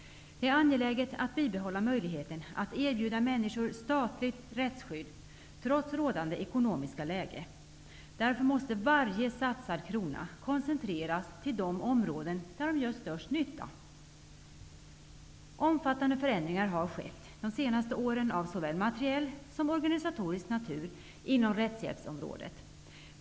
Det är angeläget att bibehålla möjligheten att erbjuda människor statligt rättsskydd trots rådande ekonomiska läge. Därför måste alla satsade kronor koncentreras till de områden där de gör störst nytta. Omfattande förändringar av såväl materiell som organisatorisk natur har skett inom rättshjälpsområdet under de senaste åren.